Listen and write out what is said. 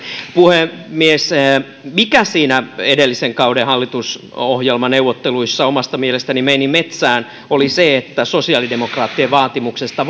puhemies se mikä niissä edellisen kauden hallitusohjelmaneuvotteluissa omasta mielestäni meni metsään oli se että sosiaalidemokraattien vaatimuksesta